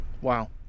Wow